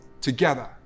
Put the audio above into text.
together